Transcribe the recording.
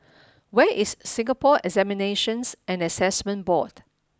where is Singapore Examinations and Assessment Board